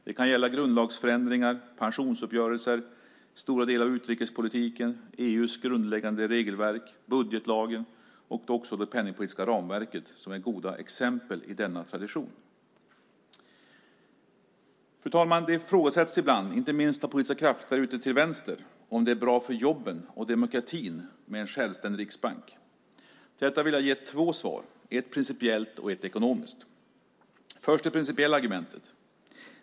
Det kan gälla grundlagsförändringar, pensionsuppgörelser, stora delar av utrikespolitiken, EU:s grundläggande regelverk, budgetlagen och som nu det penningpolitiska ramverket. Det är goda exempel i denna tradition. Fru talman! Det ifrågasätts ibland, inte minst av politiska krafter ute till vänster, om det är bra för jobben och demokratin med en självständig riksbank. Till detta vill jag ge två svar, ett principiellt och ett ekonomiskt. Först tar jag det principiella argumentet.